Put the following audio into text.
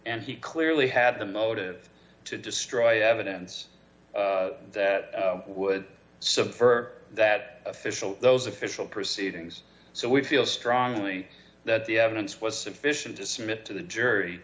and he clearly has a motive to destroy evidence that would subvert that official those official proceedings so we feel strongly that the evidence was sufficient to submit to the jury